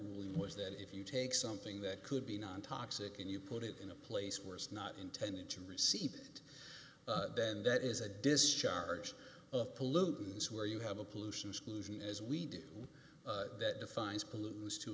really was that if you take something that could be non toxic and you put it in a place where it's not intended to receive it then that is a discharge of pollutants where you have a pollution exclusion as we do that defines pollutants to